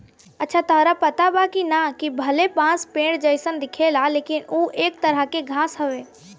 अच्छा ताहरा पता बा की ना, कि भले बांस पेड़ जइसन दिखेला लेकिन उ एक तरह के घास हवे